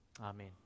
Amen